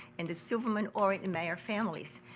and the silverman, oren and mayer families.